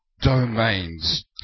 domains